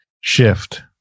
shift